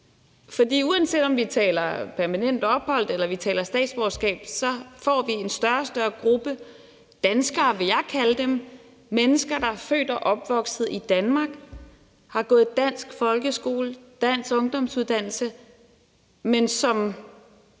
For uanset om vi taler permanent ophold eller taler statsborgerskab, får vi en større og større gruppe danskere, vil jeg kalde dem, altså mennesker, der er født og opvokset i Danmark, har gået i dansk folkeskole, har taget en dansk ungdomsuddannelse, men som